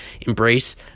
embrace